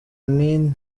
nti